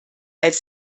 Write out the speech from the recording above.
als